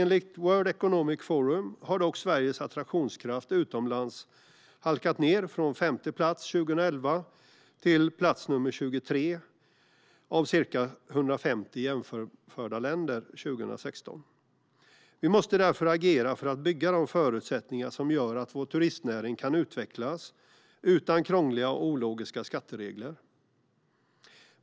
Enligt World Economic Forum har dock Sveriges attraktionskraft utomlands halkat ned från femte plats 2011 till plats nr 23 av ca 150 jämförda länder 2016. Vi måste därför agera för att bygga de förutsättningar som gör att vår turistnäring kan utvecklas utan krångliga och ologiska skatteregler.